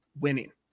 winning